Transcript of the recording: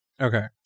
Okay